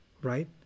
right